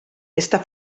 està